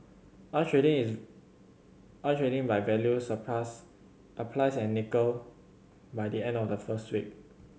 oil trading is oil trading by value surpassed applies and nickel by the end of the first week